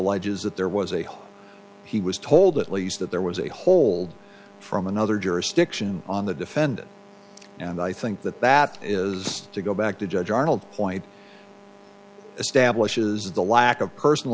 eges that there was a hole he was told at least that there was a hole from another jurisdiction on the defendant and i think that that is to go back to judge arnold point establishes the lack of personal